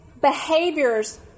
behaviors